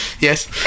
Yes